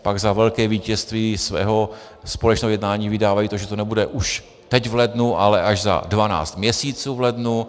Pak za velké vítězství svého společného jednání vydávají to, že to nebude už teď v lednu, ale až za dvanáct měsíců v lednu.